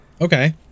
Okay